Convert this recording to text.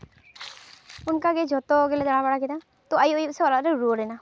ᱚᱝᱠᱟ ᱜᱮ ᱡᱷᱚᱛᱚ ᱜᱮᱞᱮ ᱫᱟᱬᱟ ᱵᱟᱲᱟ ᱠᱮᱫᱟ ᱛᱚ ᱟᱭᱩᱵ ᱟᱭᱩᱵ ᱥᱮᱫ ᱚᱲᱟᱜ ᱞᱮ ᱨᱩᱣᱟᱹᱲᱱᱟ